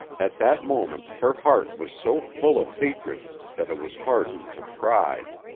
at that moment her heart was so full of hatred that it was hardened to pride.